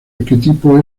arquetipo